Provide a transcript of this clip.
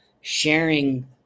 sharing